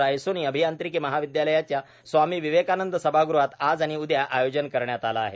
रायसोनी अभियांत्रिकी महाविदयालयाच्या स्वामी विवेकानंद सभागृहात आज आणि उद्या आयोजन करण्यात आलं आहे